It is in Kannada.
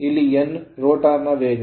ಇಲ್ಲಿ n rotor ರೋಟರ್ ನ ವೇಗ